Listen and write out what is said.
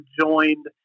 joined